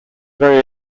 very